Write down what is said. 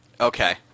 Okay